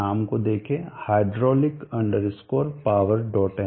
नाम को देखें hydraulic powerm